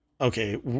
Okay